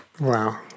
Wow